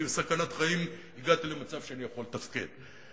מסכנת חיים הגעתי למצב שאני יכול לתפקד.